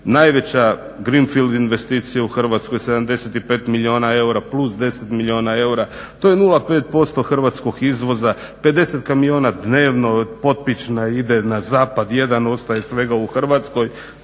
najveća green field investicija u Hrvatskoj, 75 milijuna eura plus 10 milijuna eura. To je 0,5% hrvatskog izvoza, 50 kamiona dnevno od Potpična ide na zapad, jedan ostaje svega u Hrvatskoj